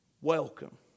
welcome